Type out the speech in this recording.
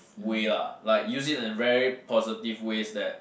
way lah like use it in a very positive ways that